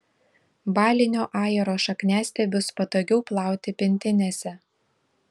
balinio ajero šakniastiebius patogiau plauti pintinėse